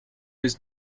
was